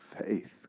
faith